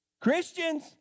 Christians